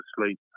sleep